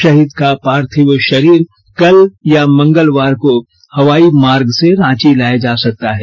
भाहीद का पार्थिव भारीर कल या मंगलवार को हवाई मार्ग से रांची लाया जा सकता है